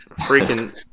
freaking